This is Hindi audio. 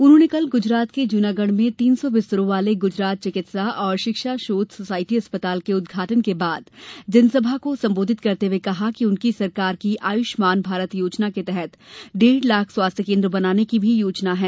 उन्होंने कल गुजरात के जूनागढ़ में तीन सौ बिस्तरों वाले गुजरात चिकित्सा और शिक्षा शोघ सोसायटी अस्पताल के उद्घाटन के बाद जनसभा को संबोधित करते हुए कहा कि उनकी सरकार की आयुष्मान भारत योजना के तहत डेढ़ लाख स्वास्थ्य केंद्र बनाने की भी योजना है